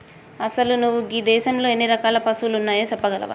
అసలు నువు గీ దేసంలో ఎన్ని రకాల పసువులు ఉన్నాయో సెప్పగలవా